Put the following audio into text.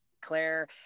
Claire